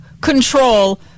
control